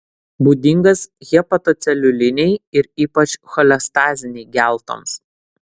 būdingas hepatoceliulinei ir ypač cholestazinei geltoms